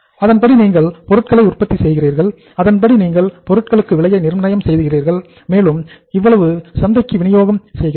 அதன்படி நீங்கள் பொருட்களை உற்பத்தி செய்கிறீர்கள் அதன்படி நீங்கள் பொருள்களுக்கு விலையை நிர்ணயம் செய்கிறீர்கள் மேலும் இவ்வளவு சந்தைக்கு விநியோகம் செய்கிறீர்கள்